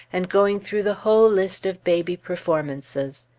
and going through the whole list of baby performances.